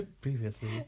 previously